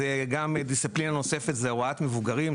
דיסציפלינה נוספת היא הוראת מבוגרים.